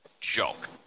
Joke